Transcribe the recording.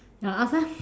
I'll ask ah